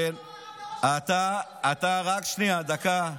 מארב לרמטכ"ל?